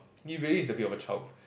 he really is a bit of a child